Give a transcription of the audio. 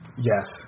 Yes